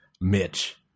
Mitch